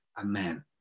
Amen